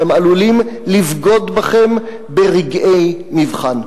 הם עלולים לבגוד בכם ברגעי מבחן.